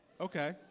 Okay